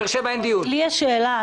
יש לי שאלה.